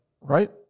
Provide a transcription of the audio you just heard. Right